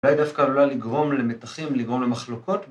אולי דווקא עלולה לגרום ‫למתחים, לגרום למחלוקות.